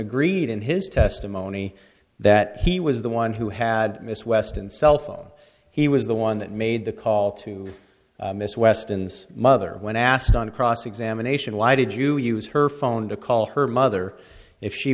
agreed in his testimony that he was the one who had miss weston cell phone he was the one that made the call to miss weston's mother when asked on cross examination why did you use her phone to call her mother if she